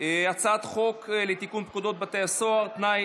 הצעת חוק לתיקון פקודת בתי הסוהר (תנאי